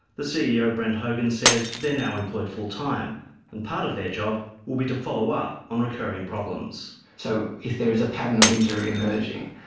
the ceo, brent hogan, says they're now employed full time and part of their job will be to follow up on recurring problems. so if there is a pattern of injury emerging,